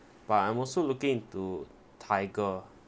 but I'm also looking into tiger